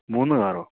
മൂന്ന് കാറോ